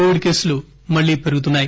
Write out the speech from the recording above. Covid కేసులు మళ్లీ పెరుగుతున్నాయి